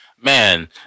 Man